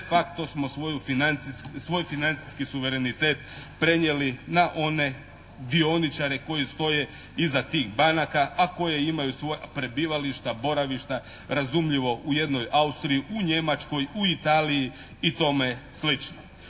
financijsku, svoj financijski suverenitet prenijeli na one dioničare koji stoje iza tih banaka, a koji imaju svoja prebivališta, boravišta razumljivo u jednoj Austriji, u Njemačkoj, u Italiji i tome